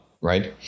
Right